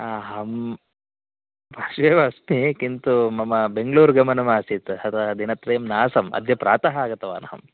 अहं पार्श्वे एव अस्मि किन्तु मम बेङ्गलूर् गमनमासीत् अतः दिनत्रयं नासम् अद्य प्रातः आगतवान् अहम्